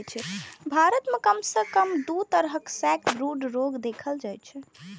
भारत मे कम सं कम दू तरहक सैकब्रूड रोग देखल जाइ छै